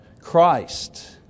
Christ